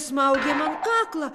smaugia man kaklą